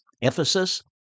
Ephesus